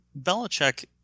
Belichick